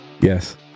yes